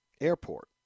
airport